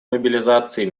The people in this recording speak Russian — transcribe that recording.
мобилизацией